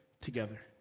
together